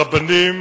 הרבנים,